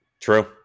True